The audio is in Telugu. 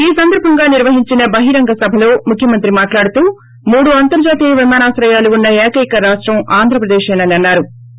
ఈ సందర్భముగా నిర్వహించిన బహిరంగసభలో ముఖ్యమంత్రి మాట్లాడుతూ మూడు అంతర్జాతీయ విమానాశ్రయాలు ఉన్న ఏకైక రాష్టం ఆంధ్రప్రదేశ్ అని అన్నా రు